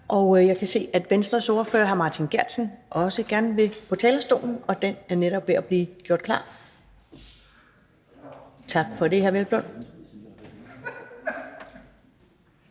Jeg kan se, at Venstres ordfører, hr. Martin Geertsen, også gerne vil på talerstolen, og den er netop ved at blive gjort klar. Tak for det, hr.